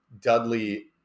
Dudley